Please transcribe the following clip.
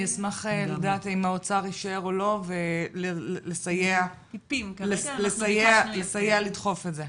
אני אשמח לדעת אם האוצר אישר או לא ולסייע לדחוף את זה.